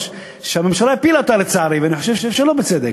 הממשלה הפילה אותה, לצערי, ואני חושב שלא בצדק.